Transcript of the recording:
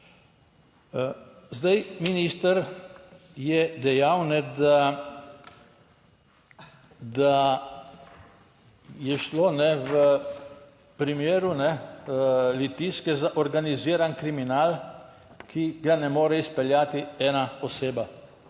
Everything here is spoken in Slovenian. Zdaj, minister je dejal, da, da je šlo v primeru Litijske za organiziran kriminal, ki ga ne more izpeljati ena oseba.